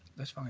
mr. i mean